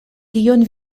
tion